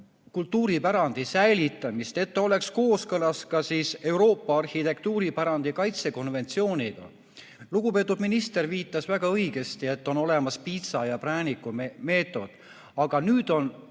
kultuuripärandi säilitamist ning oleks kooskõlas ka Euroopa arhitektuuripärandi kaitse konventsiooniga. Lugupeetud minister viitas väga õigesti, et on olemas piitsa ja prääniku meetod, aga nüüd,